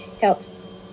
helps